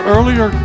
Earlier